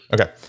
Okay